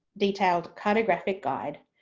detailed cartographic guide,